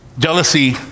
Jealousy